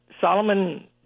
Solomon